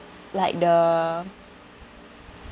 like the